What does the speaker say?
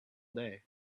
day